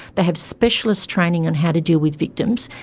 they have specialist training on how to deal with victims,